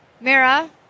Mira